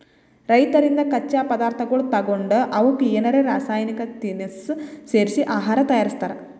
ರೈತರಿಂದ್ ಕಚ್ಚಾ ಪದಾರ್ಥಗೊಳ್ ತಗೊಂಡ್ ಅವಕ್ಕ್ ಏನರೆ ರಾಸಾಯನಿಕ್ ತಿನಸ್ ಸೇರಿಸಿ ಆಹಾರ್ ತಯಾರಿಸ್ತಾರ್